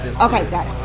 Okay